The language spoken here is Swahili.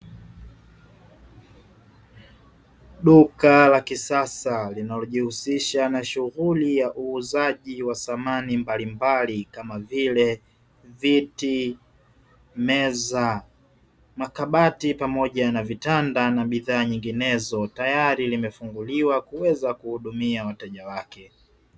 Duka la kisasa linalojihusisha na shughuli ya uuzaji wa samani mbalimbali kama vile: viti, meza, makabati pamoja na vitanda na bidhaa nyinginezo, tayari limefunguliwa kuweza kuhudumia wateja wake.